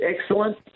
excellent